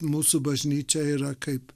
mūsų bažnyčia yra kaip